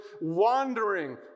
Wandering